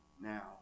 now